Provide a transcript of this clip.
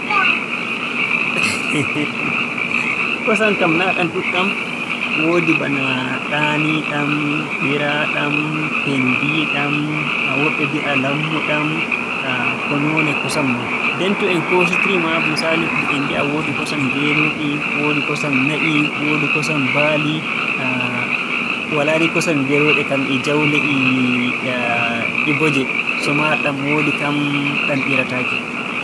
Kosam kam naa haɗɗam ɗuɗɗam. Woodi bana ɗaaniiɗam, ɓiraaɗam, penndiiɗam, woɓɓe mbi'a lammuɗam. Ko noone kosam non. Nden to en koositirii maa- misaalu mbi'en woodi kosam geelooɗi woodi kosam na'i, woodi kosam baali. Walaa ni kosam gerooɗe kam e jaawle e mboje. So maa ɗam woodi kam ɗam ɓirataake.